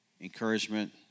encouragement